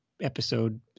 episode